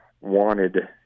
wanted